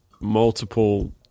multiple